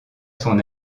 son